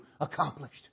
accomplished